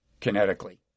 kinetically